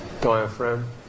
diaphragm